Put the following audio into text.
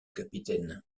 capitaine